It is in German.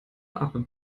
aber